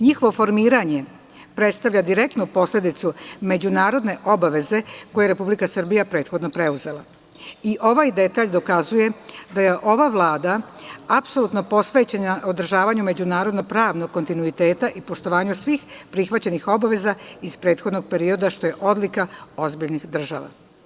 Njihovo formiranje predstavlja direktno posledicu međunarodne obaveze koje je Republika Srbija prethodno preuzela, i ovaj detalj dokazuje da je ova Vlada apsolutno posvećena održavanju međunarodno pravnog kontinuiteta i poštovanju svih prihvaćenih obaveza iz prethodnog perioda što je odlika ozbiljnih država.